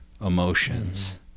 emotions